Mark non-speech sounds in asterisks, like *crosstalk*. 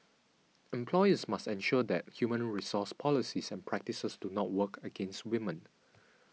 *noise* employers must ensure that human resource policies and practices do not work against women